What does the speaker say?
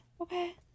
okay